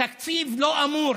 תקציב לא אמור